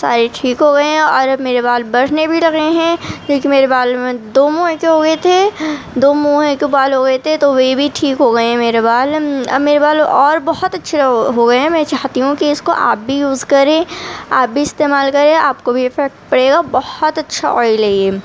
سارے ٹھیک ہوگئے ہیں اور اب میرے بال بڑھنے بھی لگے ہیں کیونکہ میرے بال میں دو منہے جو ہو گئے تھے دو منہے کے بال ہو گئے تھے تو وہ بھی ٹھیک ہو گئے ہیں میرے بال اب میرے بال اور بہت اچّھے ہو ہوگئے ہیں میں چاہتی ہوں کہ اس کو آپ بھی یوز کریں آپ بھی استعمال کریں آپ کو بھی افیکٹ پڑے گا بہت اچّھا آئل ہے یہ